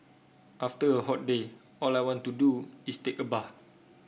after a hot day all I want to do is take a bath